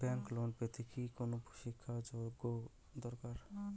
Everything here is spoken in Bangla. ব্যাংক লোন পেতে কি কোনো শিক্ষা গত যোগ্য দরকার?